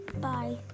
Bye